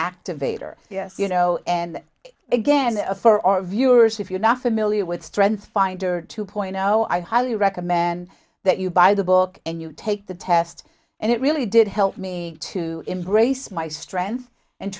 activator yes you know and again for our viewers if you're not familiar with strength finder two point zero i highly recommend that you buy the book and you take the test and it really did help me to embrace my strengths and